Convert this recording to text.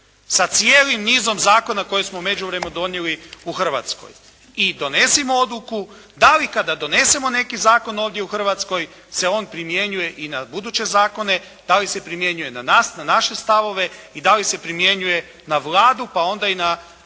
sa cijelim nizom zakona koje smo u međuvremenu donijeli u Hrvatskoj. I donesimo odluku da li kada donesemo neki zakon ovdje u Hrvatskoj se on primjenjuje i na buduće zakona, da li se primjenjuje na nas, na naše stavove i da li se primjenjuje na Vladu, pa onda i na